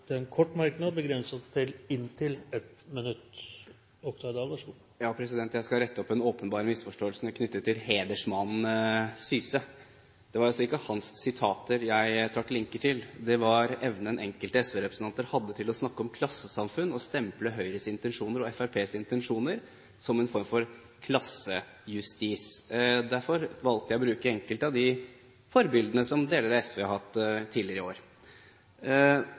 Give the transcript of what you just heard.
ordet til en kort merknad, begrenset til inntil 1 minutt. Jeg skal rette opp en åpenbar misforståelse knyttet til hedersmannen Syse. Det var altså ikke hans sitater jeg trakk linker til. Det var evnen enkelte SV-representanter hadde til å snakke om klassesamfunn og stemple Høyres intensjoner og Fremskrittspartiets intensjoner som en form for klassejustis. Derfor valgte jeg å bruke enkelte av de forbildene som deler av SV har hatt tidligere. Når det gjelder det å sette seg inn i